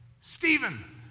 Stephen